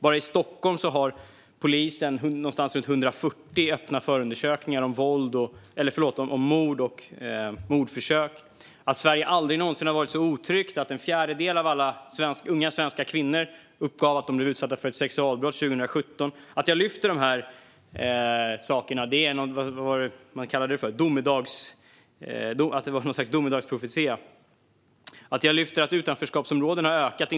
Bara i Stockholm har polisen runt 140 öppna förundersökningar om mord och mordförsök. Sverige har aldrig någonsin varit så otryggt. År 2017 uppgav en fjärdedel av de unga svenska kvinnorna att de blivit utsatta för sexualbrott. När jag lyfter fram de här sakerna skulle det enligt Alireza vara något slags domedagsprofetia. Jag lyfter fram att utanförskapsområdena har ökat.